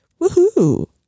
Woohoo